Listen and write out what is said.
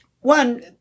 One